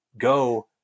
go